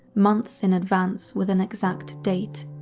months in advance with an exact date.